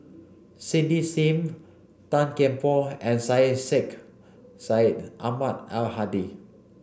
Cindy Sim Tan Kian Por and Syed Sheikh Syed Ahmad Al Hadi